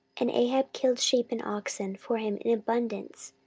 and ahab killed sheep and oxen for him in abundance,